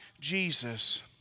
Jesus